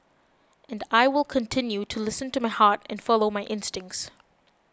and I will continue to listen to my heart and follow my instincts